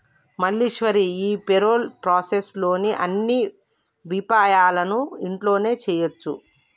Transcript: మల్లీశ్వరి ఈ payroll process లోని అన్ని విపాయాలను ఇంట్లోనే చేయొచ్చు